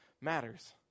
matters